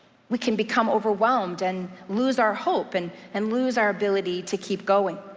we can become overwhelmed, and lose our hope, and and lose our ability to keep going,